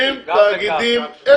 לא, זה